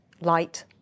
light